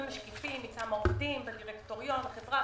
משקיפים מטעם העובדים ודירקטוריון וחברה,